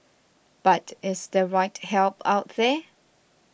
but is the right help out there